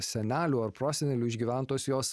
senelių ar prosenelių išgyventos jos